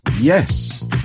Yes